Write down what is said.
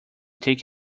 take